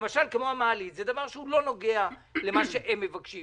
כמו המעלית זה דבר שלא נוגע אל מה שהם מבקשים.